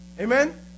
Amen